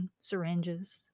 syringes